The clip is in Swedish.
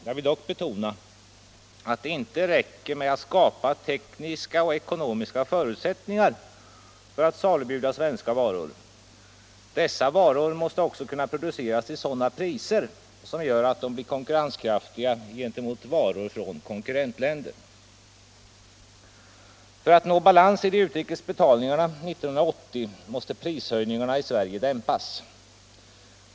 Jag vill dock betona att det inte räcker med att skapa tekniska och ekonomiska förutsättningar för att salubjuda svenska varor — dessa varor måste också kunna produceras till priser som gör att de blir konkurrenskraftiga gentemot varor från konkurrentländer. För att nå balans i de utrikes betalningarna 1980 måste prishöjningarna i Sverige dämpas.